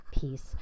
peace